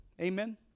Amen